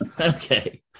Okay